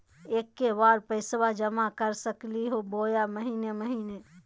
एके बार पैस्बा जमा कर सकली बोया महीने महीने?